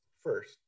first